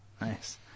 Nice